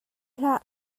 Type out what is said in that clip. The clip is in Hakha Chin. hlah